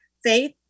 faith